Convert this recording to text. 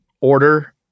order